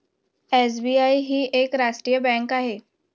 SBI ही एक राष्ट्रीय बँक आहे